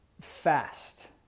fast